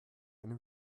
eine